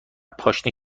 پاشنه